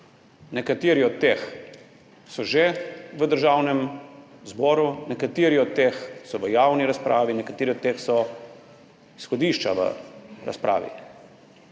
Nekateri od teh so že v Državnem zboru, nekateri od teh so v javni razpravi, nekateri od teh so izhodišča v razpravi.